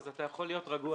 אז אתה יכול להיות רגוע יותר.